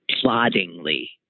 ploddingly